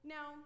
Now